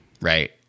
right